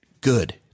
good